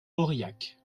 aurillac